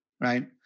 Right